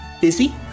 busy